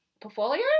portfolio